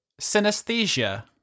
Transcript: synesthesia